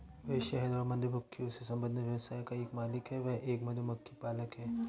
वह शहद और मधुमक्खियों से संबंधित व्यवसाय का मालिक है, वह एक मधुमक्खी पालक है